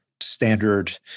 standard